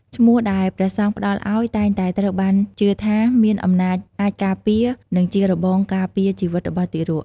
ឈ្មោះដែលព្រះសង្ឃផ្ដល់អោយតែងតែត្រូវបានជឿថា មានអំណាចអាចការពារ និងជារបងការពារជីវិតរបស់ទារក។